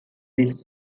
this